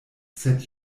sed